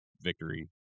victory